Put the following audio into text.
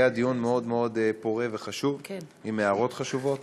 היה דיון מאוד מאוד פורה וחשוב עם הערות חשובות.